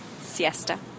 siesta